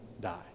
die